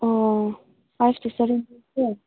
ꯑꯣ ꯐꯥꯔꯁ ꯇꯨ ꯁꯕꯦꯟ ꯐꯥꯎꯁꯦ